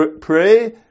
pray